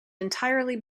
entirely